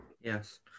Yes